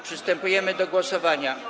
Przystępujemy do głosowania.